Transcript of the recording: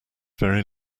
very